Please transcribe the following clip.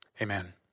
Amen